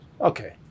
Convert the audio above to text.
Okay